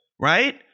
Right